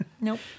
Nope